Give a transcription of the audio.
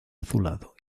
azulado